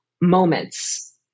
moments